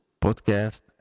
podcast